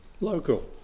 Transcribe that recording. local